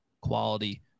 quality